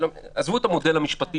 עזבו את המודל המשפטי